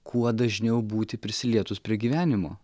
kuo dažniau būti prisilietus prie gyvenimo